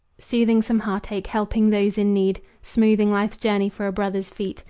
soothing some heartache, helping those in need, smoothing life's journey for a brother's feet,